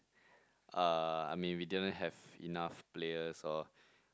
uh I mean we didn't have enought players or